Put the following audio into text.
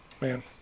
man